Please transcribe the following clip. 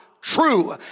true